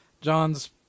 John's